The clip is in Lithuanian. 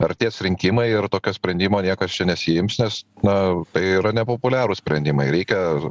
artės rinkimai ir tokio sprendimo niekas čia nesiims nes na tai yra nepopuliarūs sprendimai reikia